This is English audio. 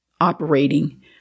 operating